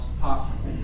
possible